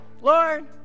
Lord